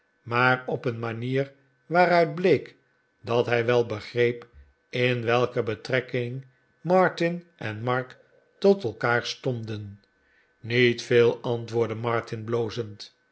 maar op een manier waaruit bleek dat hij wel begreep in welke betrekking martin en mark tot elkaar stonden niet veel antwoordde martin blozend